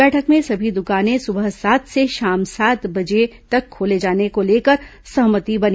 बैठक में सभी दुकानें सुबह सात से शाम सात बजे खोले जाने को लेकर सहमति बनी